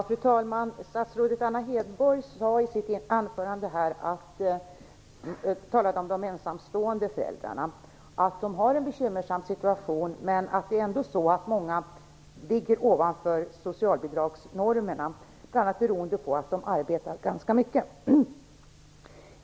Fru talman! Statsrådet Anna Hedborg sade i sitt anförande att de ensamstående föräldrarna har en bekymmersam situation men att många ändå ligger ovanför socialbidragsnormerna, bl.a. beroende på att de arbetar ganska mycket.